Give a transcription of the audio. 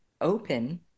open